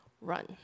run